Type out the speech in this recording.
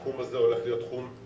התחום הזה הולך להיות להיט.